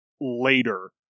later